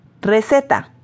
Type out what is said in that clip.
Receta